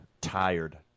tired